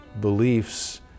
beliefs